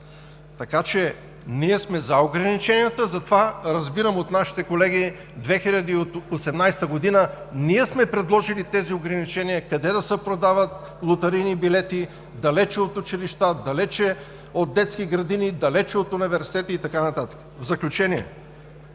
Ние сме за ограниченията. Разбирам от нашите колеги, че от 2018 г. ние сме предложили тези ограничения: къде да се продават лотарийни билети – далече от училища, далече от детски градини, далече от университети и така нататък. В заключение,